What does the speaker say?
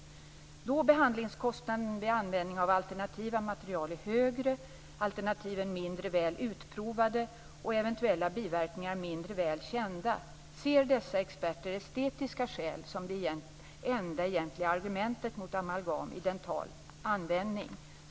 Då behandlingskostnaden vid användning av alternativa material är högre, alternativen mindre väl utprovade och eventuella biverkningar mindre väl kända, ser dessa experter estetiska skäl som det enda egentliga argumentet mot amalgam i dental användning."